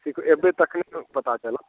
से तऽ एबै तखने ने पता चलत